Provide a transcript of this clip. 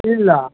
ಇಲ್ಲ